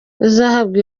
uzahabwa